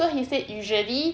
so he said usually